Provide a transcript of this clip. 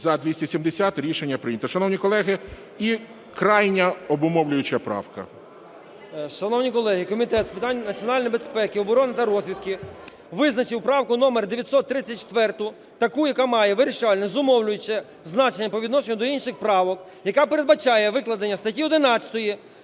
За-270 Рішення прийнято. Шановні колеги, і крайня обумовлююча правка. 13:46:58 ВЕНІСЛАВСЬКИЙ Ф.В. Шановні колеги, Комітет з питань національної безпеки, оборони та розвідки визначив правку номер 934 таку, яка має вирішальне, зумовлююче значення по відношенню до інших правок, яка передбачає викладення статті 11,